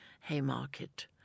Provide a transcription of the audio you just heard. Haymarket